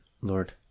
Lord